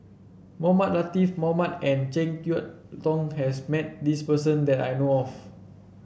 Mohamed Latiff Mohamed and JeK Yeun Thong has met this person that I know of